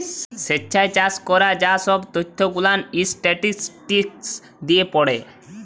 স্যেচ চাষ ক্যরার যা সহব ত্যথ গুলান ইসট্যাটিসটিকস দিয়ে পড়ে